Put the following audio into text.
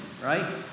right